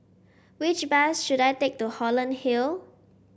which bus should I take to Holland Hill